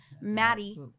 Maddie